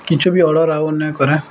କିଛି ବି ଅର୍ଡ଼ର୍ ଆଉ ନାଇଁ କରେ